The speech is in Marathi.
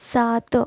सात